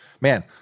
Man